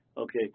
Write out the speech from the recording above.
Okay